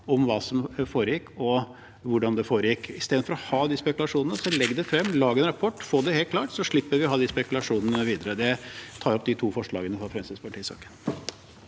om hva som foregikk, og hvordan det foregikk. Istedenfor å ha de spekulasjonene: Legg det frem, lag en rapport, og få det helt klart, så slipper vi å ha de spekulasjonene videre. Men det tar jeg opp de to forslagene fra Fremskrittspartiet